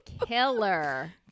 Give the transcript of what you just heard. killer